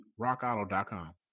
rockauto.com